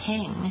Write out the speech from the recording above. King